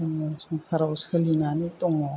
जोङो संसाराव सोलिनानै दङ